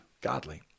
godly